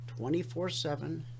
24-7